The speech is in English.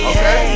Okay